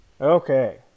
Okay